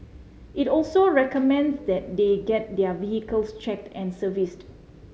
it also recommends that they get their vehicles checked and serviced